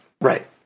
right